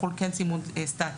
יחול צימוד סטטי.